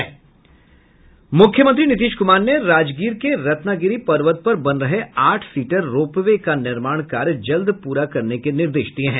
मुख्यमंत्री नीतीश कुमार ने राजगीर के रत्नगिरि पर्वत पर बन रहे आठ सीटर रोपवे का निर्माण कार्य जल्द पूरा करने के निर्देश दिये हैं